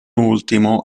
ultimo